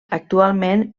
actualment